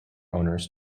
owners